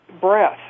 Breath